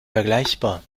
vergleichbar